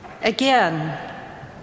Again